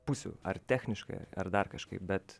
pusių ar techniškai ar dar kažkaip bet